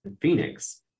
Phoenix